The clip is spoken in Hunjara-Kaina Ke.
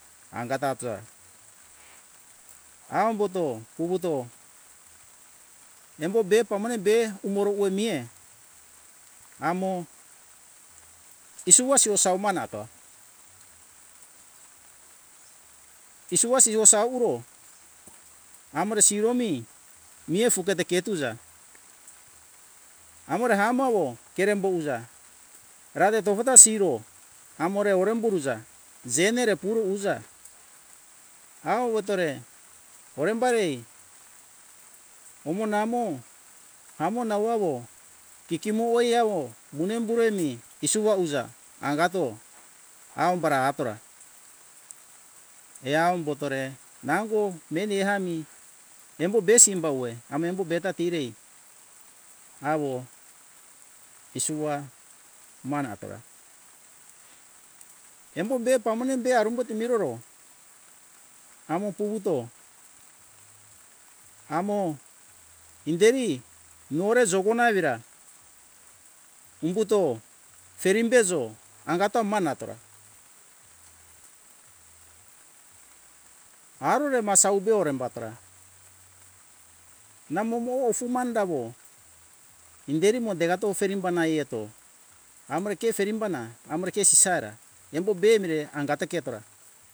Angata aja amboto umbuto embo be pamone be umoro uwe mie amo iso wasio saumana to iso wasio sau uro amore siro mi mia fu keto ke tuza amore hamawo kerembo uja rade tofo ta siro amore orem buruja je mere puro uja awotore orembari omo namo amo nawawo kikimuwo eawo munem buro mi isuga uja angato aumbara atora eambotore nango meni ehami embo be simbawe ami ame embo beta tirei awo isuwa mana atora embo be pamone be arumbotu miroro amo puwuto amo inderi noro juguna evira umbuto ferim bejo angato mana atora arore masau be orem batora namo mowo fu manda wo inderi mo degato oferim bana ieto amore ke ferim bana amore ke sisiaera embo be emire angato ketora